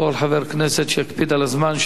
כל חבר כנסת, שיקפיד על הזמן.